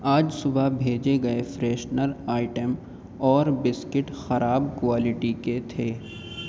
آج صبح بھیجے گئے فریشنر آئٹم اور بسکٹ خراب کوائلٹی کے تھے